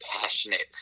passionate